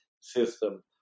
system